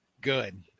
Good